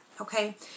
okay